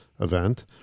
event